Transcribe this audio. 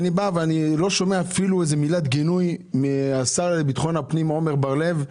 אני לא שומע אפילו מילת גינוי מהשר לביטחון פנים עמר בר לב.